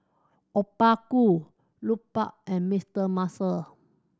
Obaku Lupark and Mister Muscle